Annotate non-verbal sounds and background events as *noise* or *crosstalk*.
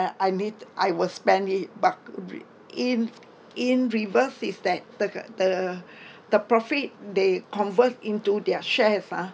uh I need I will spend it buck *noise* in in reverse is that target the the the profit they convert into their shares ah